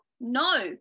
No